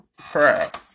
Crap